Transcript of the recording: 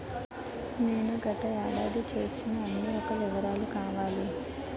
నేను గత ఏడాది చేసిన అన్ని యెక్క వివరాలు కావాలి?